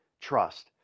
trust